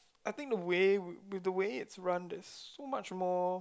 I think the way with the way it's run it's so much more